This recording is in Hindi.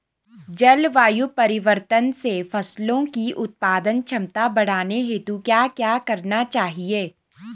जलवायु परिवर्तन से फसलों की उत्पादन क्षमता बढ़ाने हेतु क्या क्या करना चाहिए?